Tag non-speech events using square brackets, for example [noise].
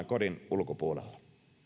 [unintelligible] kodin ulkopuolella